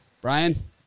Brian